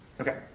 Okay